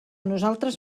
nosaltres